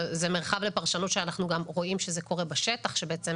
זה מרחב לפרשנות שאנחנו גם רואים שזה קורה בשטח שבעצם